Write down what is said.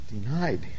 Denied